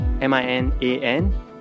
M-I-N-A-N